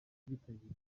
byitabiriye